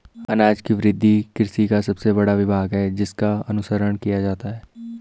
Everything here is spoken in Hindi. अनाज की वृद्धि कृषि का सबसे बड़ा विभाग है जिसका अनुसरण किया जाता है